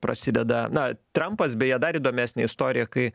prasideda na trampas beje dar įdomesnė istorija kai